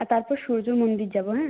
আর তারপর সূর্য মন্দির যাব হ্যাঁ